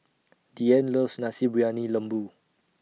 Deanne loves Nasi Briyani Lembu